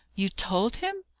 you told him?